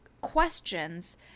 questions